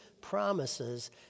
promises